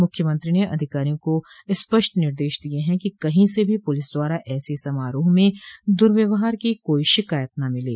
मुख्यमंत्री ने अधिकारियों को स्पष्ट निर्देश दिये हैं कि कहीं से भी पुलिस द्वारा ऐसे समारोह में दुर्व्यहार की कोई शिकायत न मिले